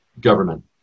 government